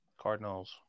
Cardinals